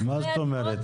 מה זאת אומרת?